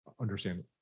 understand